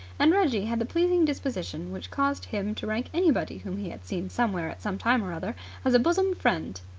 and reggie had the pleasing disposition which caused him to rank anybody whom he had seen somewhere at some time or other as a bosom friend.